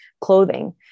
clothing